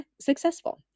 successful